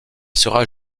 sera